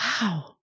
Wow